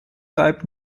type